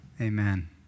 Amen